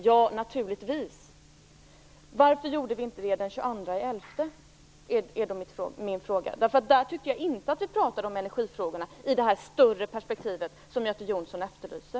Ja, naturligtvis. Varför gjorde vi inte det den 22 november?, är då min fråga. Då tyckte jag inte att vi talade om energifrågorna i det större perspektiv som Göte Jonsson efterlyser.